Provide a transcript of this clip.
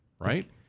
Right